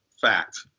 fact